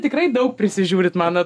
tikrai daug prisižiūrite mano